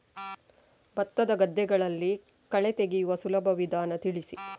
ಭತ್ತದ ಗದ್ದೆಗಳಲ್ಲಿ ಕಳೆ ತೆಗೆಯುವ ಸುಲಭ ವಿಧಾನ ತಿಳಿಸಿ?